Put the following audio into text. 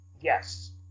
yes